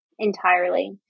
Entirely